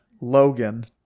logan